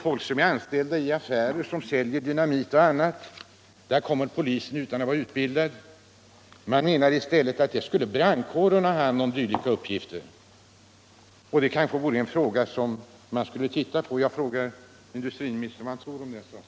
Folk som är anställda i affärer som säljer dynamit och andra sprängämnen menar att i stället brandkåren skulle ha den uppgift som polisen här har. Det kanske är något man skulle se över? Jag frågar industriministern vad han tror om den saken.